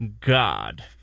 God